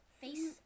Face